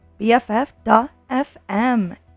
BFF.FM